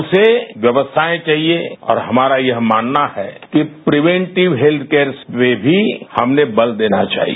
उसे व्यवस्थाए चाहिए और हमारा यह मानना है कि प्रीवेंटिव हेत्थ केयर्स में भी हमें बल देना चाहिए